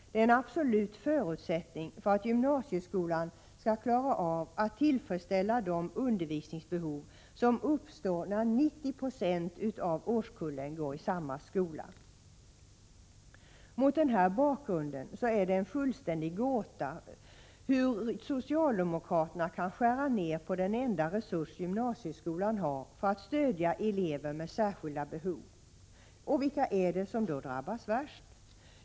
Det är en absolut förutsättning för att gymnasieskolan skall klara av att tillfredsställa de undervisningsbehov som uppstår när 90 96 av årskullen går i samma skola. Mot denna bakgrund är det en fullständig gåta hur socialdemokraterna kan skära ned på den enda resurs gymnasieskolan har för att stödja elever med särskilda behov. Vilka är det som drabbas värst?